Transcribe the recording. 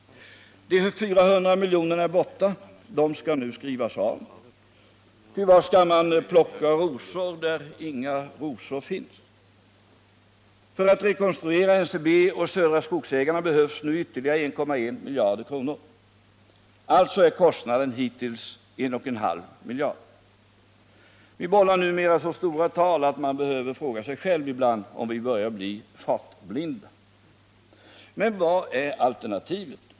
De 400 miljonerna är borta. De skall nu skrivas av, ty var skall man plocka rosor där inga rosor finns? För att rekonstruera NCB och Södra Skogsägarna behövs nu ytterligare 1,1 miljarder kronor. Alltså är kostnaden hittills 1,5 miljarder. Vi bollar nu med så stora tal att man behöver fråga sig själv ibland, om vi börjar bli fartblinda. Men vad är alternativet?